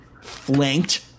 flanked